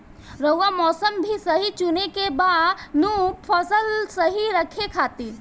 रऊआ मौसम भी सही चुने के बा नु फसल सही होखे खातिर